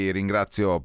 ringrazio